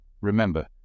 Remember